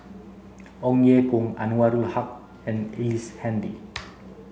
Ong Ye Kung Anwarul Haque and Ellice Handy